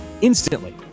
instantly